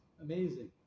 Amazing